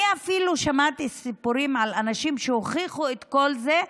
אני אפילו שמעתי סיפורים על אנשים שהוכיחו את כל זה,